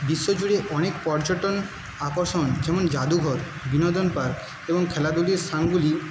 বিশ্ব জুড়ে অনেক পর্যটন আকর্ষণ যেমন জাদুঘর বিনোদন পার্ক এবং খেলাধুলার স্থানগুলি